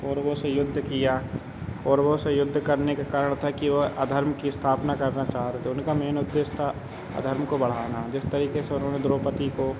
कौरवों से युद्ध किया कौरवों से युद्ध करने का कारण था कि वह अधर्म की स्थापना करना चाह रहे थे उनका मेन उद्देश्य था अधर्म को बढ़ाना जिस तरीके से उन्होंने द्रोपदी को